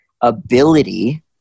ability